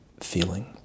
feeling